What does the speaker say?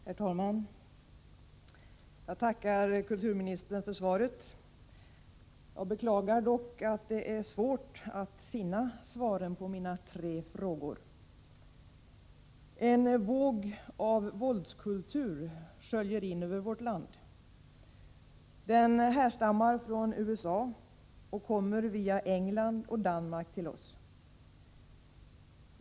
Herr talman! Jag tackar kulturministern för svaret. Jag beklagar dock att det är svårt att finna svar på mina tre frågor. En våg av våldskultur sköljer in över vårt land. Den härstammar från USA och kommer via England och Danmark till oss.